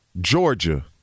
Georgia